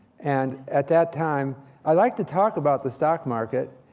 and at that time i like to talk about the stock market,